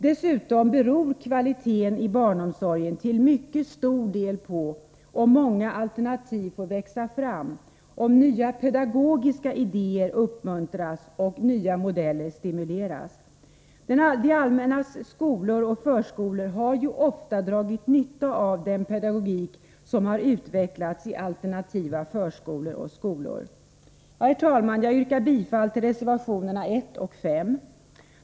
Dessutom beror kvaliteten i barnomsorgen till mycket stor del på om många alternativ får växa fram, om nya pedagogiska idéer uppmuntras och nya modeller stimuleras. Det allmännas skolor och förskolor har ofta dragit nytta av den pedagogik som har utvecklats i alternativa förskolor och skolor. Herr talman! Jag yrkar bifall till reservationerna 1 och 5.